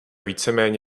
víceméně